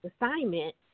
assignment